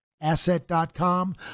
Asset.com